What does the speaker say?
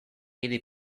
idi